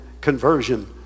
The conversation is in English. conversion